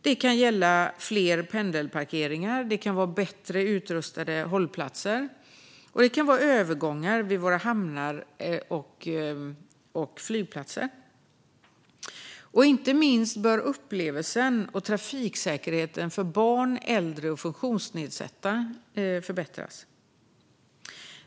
Det kan gälla fler pendelparkeringar, bättre utrustade hållplatser och övergångar vid våra hamnar och flygplatser. Inte minst bör upplevelsen och trafiksäkerheten för barn, äldre och funktionsnedsatta förbättras.